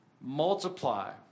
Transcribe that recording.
Multiply